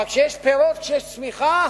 אבל כשיש פירות, כשיש צמיחה,